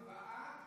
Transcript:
אנחנו בעד,